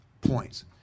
points